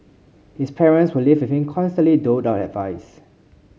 his parents who live constantly doled out advice